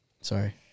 sorry